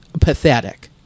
pathetic